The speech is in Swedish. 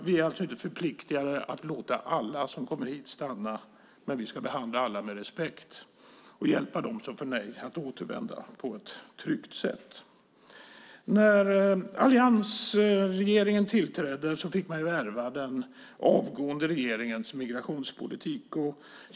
Vi är alltså inte förpliktade att låta alla dem som kommer hit stanna, men vi ska behandla alla med respekt och hjälpa dem som får nej att återvända på ett tryggt sätt. När alliansregeringen tillträdde fick den ärva den avgående regeringens migrationspolitik.